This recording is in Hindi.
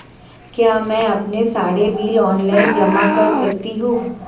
क्या मैं अपने सारे बिल ऑनलाइन जमा कर सकती हूँ?